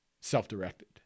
self-directed